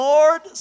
Lord